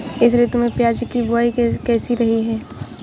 इस ऋतु में प्याज की बुआई कैसी रही है?